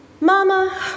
Mama